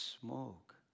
smoke